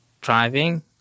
driving